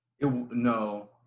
No